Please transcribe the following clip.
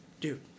dude